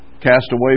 Castaway